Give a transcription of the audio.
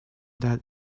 that